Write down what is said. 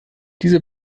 diese